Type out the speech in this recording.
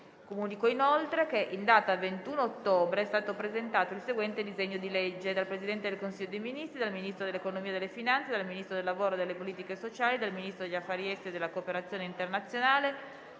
Comunico che in data 21 ottobre è stato presentato il seguente disegno di legge: *dal Presidente del Consiglio dei ministri, dal Ministro dell'economia e delle finanze, dal Ministro del lavoro e delle politiche sociali, dal Ministro degli affari esteri e della cooperazione internazionale,